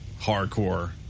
hardcore